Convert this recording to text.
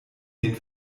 den